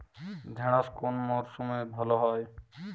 ঢেঁড়শ কোন মরশুমে ভালো হয়?